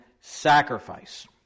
sacrifice